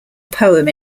poem